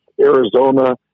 Arizona